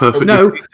No